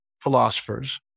philosophers